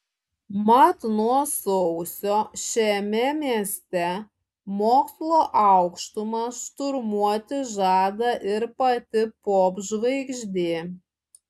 mat nuo sausio šiame mieste mokslo aukštumas šturmuoti žada ir pati popžvaigždė